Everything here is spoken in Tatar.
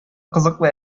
кызыклы